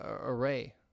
array